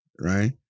right